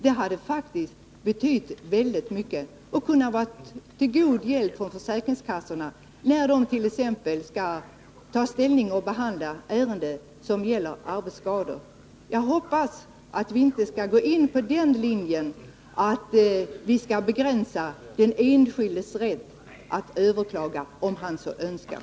Det hade faktiskt betytt väldigt mycket och hade kunnat vara till god hjälp för försäkringskassorna, när de t.ex. skall ta ställning till och behandla ärenden som gäller arbetsskador. Jag hoppas att regeringen inte skall gå på linjen att begränsa den enskildes rätt att överklaga beslut, om han så önskar.